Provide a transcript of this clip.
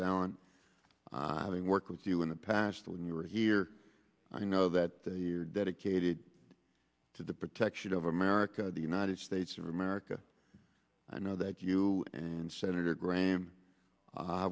down having worked with you in the past when you were here i know that you're dedicated to the protection of america the united states of america i know that you and senator